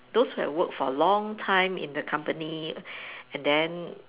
those who have worked for a long time in the company and then